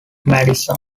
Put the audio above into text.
madison